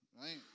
right